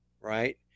Right